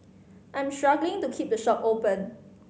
I'm struggling to keep the shop open